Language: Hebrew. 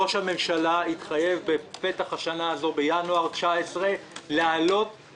ראש הממשלה התחייב בינואר 2019 להעלות